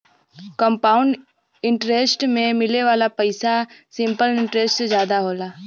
compound interest में मिले वाला पइसा सिंपल इंटरेस्ट से जादा होला